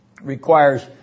requires